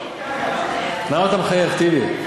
למה אתה מחייך, טיבי?